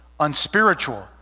unspiritual